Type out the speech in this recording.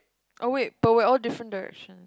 oh wait but we're all different direction